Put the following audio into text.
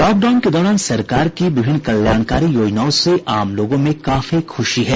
lockdown के दौरान सरकार की विभिन्न कल्याणकारी योजनाओं से आम लोगों में काफी खुशी है